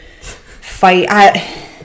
fight